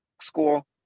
school